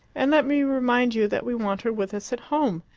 and let me remind you that we want her with us at home.